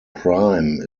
prime